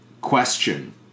question